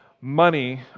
money